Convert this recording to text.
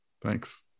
Thanks